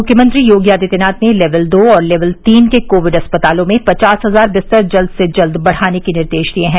मुख्यमंत्री योगी आदित्यनाथ ने लेवल दो और लेवल तीन कोविड अस्पतालों में पचास हजार बिस्तर जल्द से जल्द बढ़ाने के निर्देश दिए हैं